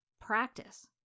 Practice